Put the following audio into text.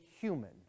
human